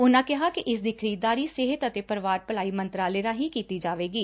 ਉਹਨਾਂ ਕਿਹਾ ਕਿ ਇਸਦੀ ਖਰੀਦੰਦਾਰੀ ਸਿਹਤ ਅਤੇ ਪਰਿਵਾਰ ਭਲਾਈ ਮੰਤਰਾਲੇ ਰਾਹੀਂ ਕੀਤੀ ਜਾਵੇਗੀ